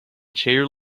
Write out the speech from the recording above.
chair